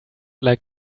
like